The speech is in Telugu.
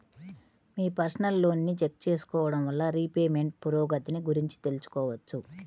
మీ పర్సనల్ లోన్ని చెక్ చేసుకోడం వల్ల రీపేమెంట్ పురోగతిని గురించి తెలుసుకోవచ్చు